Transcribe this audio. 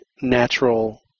natural